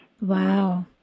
Wow